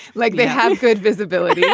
like they had good visibility. yeah